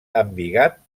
embigat